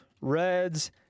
Reds